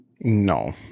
No